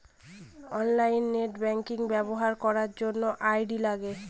online net banking ব্যবহার করার জন্য আই.ডি লাগে